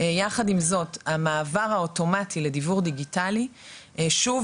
יחד עם זאת המעבר האוטומטי לדיוור דיגיטלי שוב